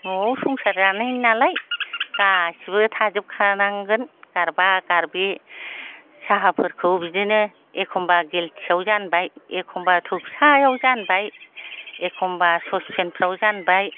न'आव संसार जानाय नालाय गासिबो थाजोबखानांगोन गारबा गारबि साहाफोरखौ बिदिनो एखमब्ला गेलथियाव जानबाय एखमब्ला थौ फिसायाव जानबाय एखमब्ला स'सपेनफ्राव जानबाय